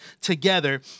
together